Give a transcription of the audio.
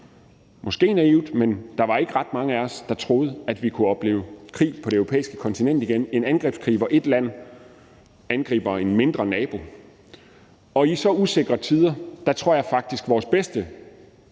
måske naivt, men der var ikke ret mange af os, der troede det – at vi kunne opleve krig på det europæiske kontinent igen, en angrebskrig, hvor et land angriber en mindre nabo. Og i så usikre tider tror jeg faktisk, at vores bedste